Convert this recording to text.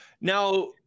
Now